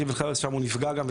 כיפל חארת' שם הוא נפגע גם,